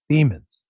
Demons